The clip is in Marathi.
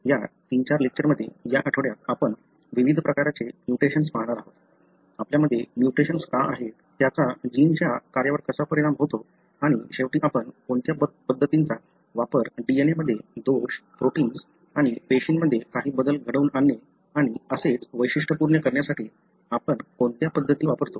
या 3 4 लेक्चरमध्ये या आठवड्यात आपण विविध प्रकारचे म्युटेशन्स पाहणार आहोत आपल्यामध्ये म्युटेशन्स का आहेत त्याचा जीनच्या कार्यावर कसा परिणाम होतो आणि शेवटी आपण कोणत्या पद्धतींचा वापर DNA मध्ये दोष प्रोटिन्स आणि पेशींमध्ये काही बदल घडवून आणणे आणि असेच वैशिष्ट्यपूर्ण करण्यासाठी आपण कोणत्या पद्धती वापरतो